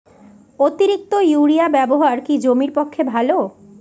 অতিরিক্ত ইউরিয়া ব্যবহার কি জমির পক্ষে ভালো?